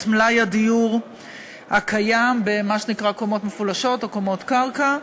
מלאי הדיור הקיים במה שנקרא קומות מפולשות או קומות קרקע,